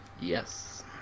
Yes